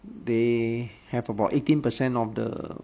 they have about eighteen percent of the